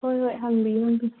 ꯍꯣꯏ ꯍꯣꯏ ꯍꯪꯕꯤꯎ ꯍꯪꯕꯤꯎ